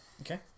Okay